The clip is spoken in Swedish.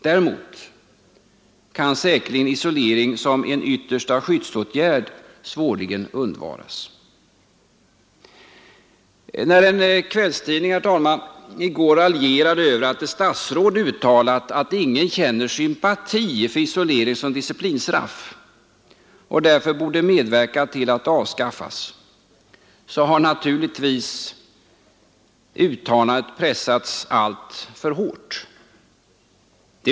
Däremot kan säkerligen isolering som en yttersta skyddsåtgärd svårligen undvaras. En kvällstidning raljerade i går över att ett statsråd hade uttalat att ingen känner sympati för isolering som disciplinstraff och att han därför borde medverkat till att den avskaffades. Statsrådets uttalande har naturligtvis pressats alltför hårt.